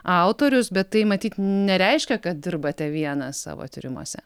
autorius bet tai matyt nereiškia kad dirbate vienas savo tyrimuose